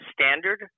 standard